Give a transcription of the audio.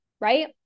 Right